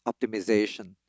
optimization